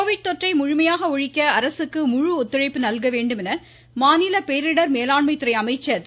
Covid தொற்றை முழுமையாக ஒழிக்க அரசுக்கு முழு ஒத்துழைப்பு நல்க வேண்டும் என மாநில பேரிடர் மேலாண்மை துறை அமைச்சர் திரு